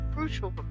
Crucial